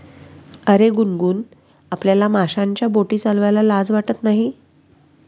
अरे गुनगुन, आपल्याला माशांच्या बोटी चालवायला लाज वाटत नाही